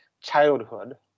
childhood